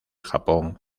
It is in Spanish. japón